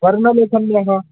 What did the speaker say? वर्णलेखन्यः